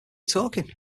talking